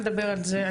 נדבר על זה,